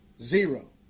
zero